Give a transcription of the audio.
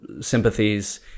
sympathies